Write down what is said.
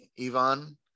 Ivan